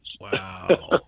Wow